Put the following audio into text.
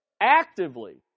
actively